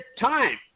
time